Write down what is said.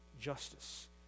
justice